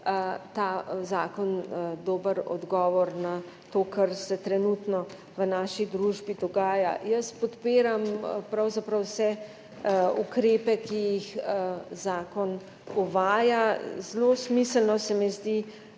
ta zakon dober odgovor na to, kar se trenutno v naši družbi dogaja. Jaz podpiram pravzaprav vse ukrepe, ki jih zakon uvaja. Zelo smiseln se mi zdi